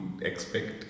expect